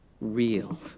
real